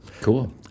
Cool